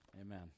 Amen